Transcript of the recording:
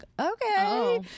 Okay